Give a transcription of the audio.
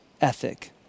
ethic